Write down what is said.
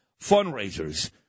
fundraisers